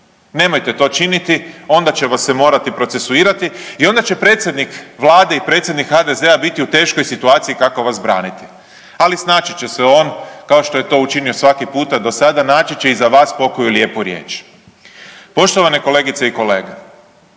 Nemojte to činiti onda će vas se morati procesuirati i onda će predsjednik Vlade i predsjednik HDZ-a biti u teškoj situaciji kako vas braniti. Ali snaći će se on kao što je to učinio svaki puta do sada, naći će i za vas pokoju lijepu riječ. Poštovane kolegice i kolege,